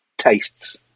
tastes